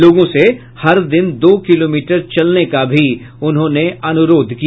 लोगों से हर दिन दो किलोमीटर चलने का अनुरोध किया